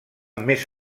més